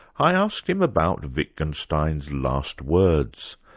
i asked him about wittgenstein's last words,